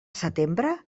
setembre